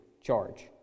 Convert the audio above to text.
charge